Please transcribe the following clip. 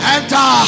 Enter